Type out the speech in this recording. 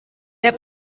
der